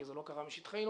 כי זה לא קרה משטחנו